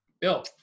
Bill